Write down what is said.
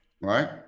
Right